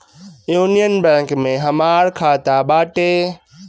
union Bank में हमार खाता बाटे